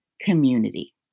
community